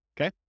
okay